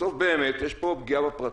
בסוף באמת יש פה פגיעה בפרטיות.